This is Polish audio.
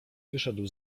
wyszedł